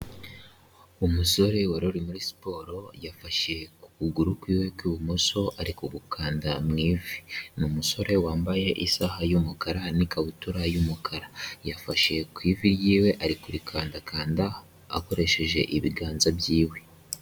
Umusore wari uri muri siporo yafashe ku kuguru kw'iwe kw'ibumoso kugukanda mu ivi. Ni umusore wambaye isaha y'umukara n'ikabutura y'umukara yafashe ku ivi ry'iwe ari kurikandakanda akoresheje ibiganza by'iwe.